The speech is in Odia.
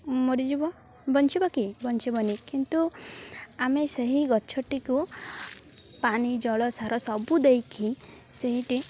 ମରିଯିବ ବଞ୍ଚିବ କି ବଞ୍ଚିବନି କିନ୍ତୁ ଆମେ ସେହି ଗଛଟିକୁ ପାଣି ଜଳ ସାର ସବୁ ଦେଇକରି ସେହିଟି